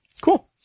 Cool